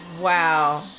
Wow